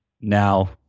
now